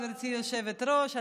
גברתי היושבת-ראש,